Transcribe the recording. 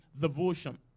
devotion